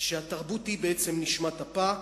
שהתרבות היא בעצם נשמת-אפה,